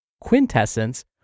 quintessence